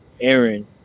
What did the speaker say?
Aaron